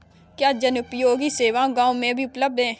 क्या जनोपयोगी सेवा गाँव में भी उपलब्ध है?